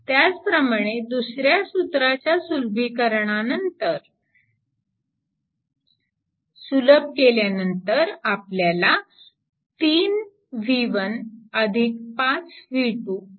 त्याचप्रमाणे दुसऱ्या सूत्राच्या सुलभीकरणानंतर सुलभ केल्यानंतर आपल्याला 3v1 5v2 60